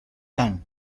khan